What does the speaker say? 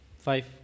Five